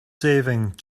saving